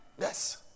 Yes